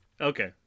Okay